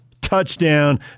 touchdown